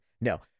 No